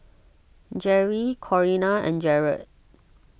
Gerri Corinna and Jarred